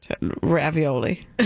Ravioli